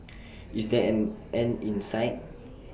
is there an end in sight